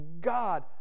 God